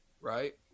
right